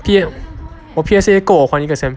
我 P_S_A 够我跟我换还一个 sem